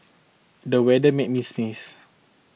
the weather made me sneeze